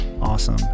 awesome